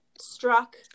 struck